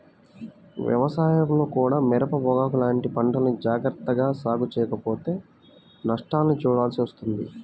వ్యవసాయంలో కూడా మిరప, పొగాకు లాంటి పంటల్ని జాగర్తగా సాగు చెయ్యకపోతే నష్టాల్ని చూడాల్సి వస్తుంది